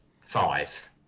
five